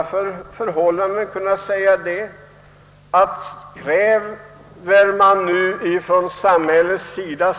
Företagen kräver alltså större lån från samhällets sida.